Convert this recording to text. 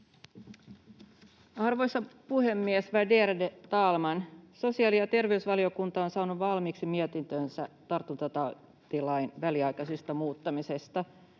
Arvoisa puhemies, värderade talman! Sosiaali‑ ja terveysvaliokunta on saanut valmiiksi mietintönsä tartuntatautilain väliaikaisesta muuttamisesta.